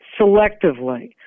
selectively